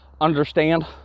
understand